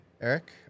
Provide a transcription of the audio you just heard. eric